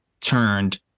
turned